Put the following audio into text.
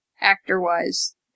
actor-wise